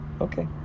Okay